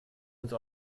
uns